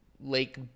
Lake